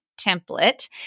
template